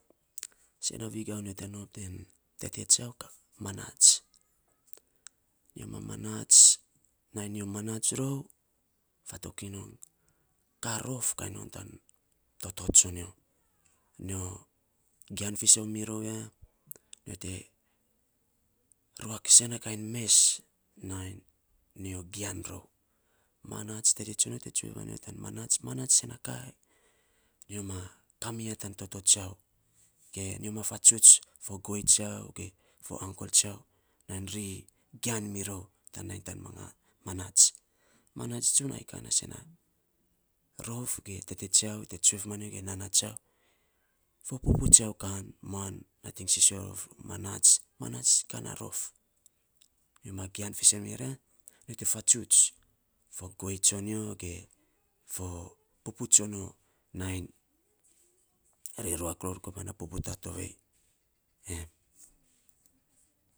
Sen vegiau nyo te nom teu tete tsiau manats. Nyo ma manats, nainy nyo manats rou fatok iny non ka rof kainy non tan toto tsonyo nyo gian fisen mi rou ya, nyo te ruak sen na kainy mes nainy nyo gian rou. Manats tete tsonyo te tsue ma nyo, manats. Manats sen a ka nyo ka mi ya tan toto tsiauge nyo ma fatsuts fo guei tsiau ge fo uncle tsian nainy ri gian mi ror tan kat tan. Manats, manats tsun ai ka na rof tete tsiau te tsue of ma nyo ge nana tsiau fo pupu tsiau kan muan nating sisio ror tsiau manats, manats ka na rof. Nyo ma gian visen mi ya nyo te fatsuts for guei tsonyo ge fo pupu tsonyo nainy ri ruak ror tan pupu ta tovei.